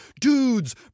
Dudes